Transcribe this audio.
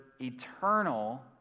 eternal